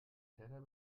täter